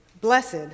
Blessed